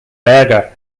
berger